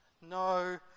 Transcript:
no